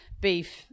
beef